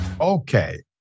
Okay